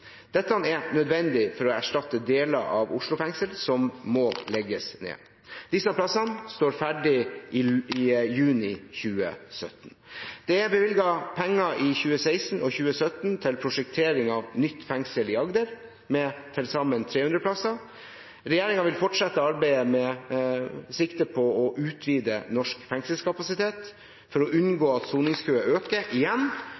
Dette er nødvendig for å erstatte deler av Oslo fengsel som må legges ned. Disse plassene står ferdig i juni 2017. Det er bevilget penger i 2016 og 2017 til prosjektering av nytt fengsel i Agder med til sammen 300 plasser. Regjeringen vil fortsette arbeidet med sikte på å utvide norsk fengselskapasitet for å unngå at soningskøene øker igjen,